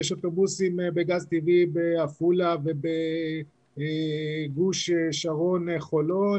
יש אוטובוסים בגז טבעי בעפולה ובגוש שרון-חולון